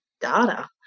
data